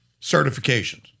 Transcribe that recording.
certifications